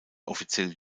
offiziell